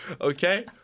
okay